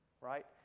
Right